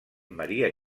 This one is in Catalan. maria